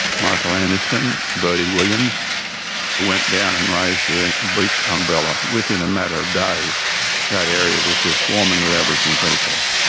michael anderson, bertie williams went down and raised the beach umbrella. within a matter of days that area was just swarming with aboriginal people.